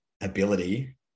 ability